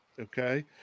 okay